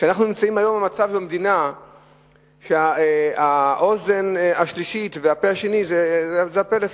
אנחנו נמצאים היום במדינה במצב שהאוזן השלישית והפה השני הם הפלאפון.